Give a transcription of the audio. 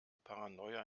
paranoia